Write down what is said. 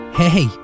Hey